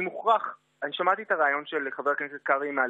אני מכריע את זה,